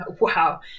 Wow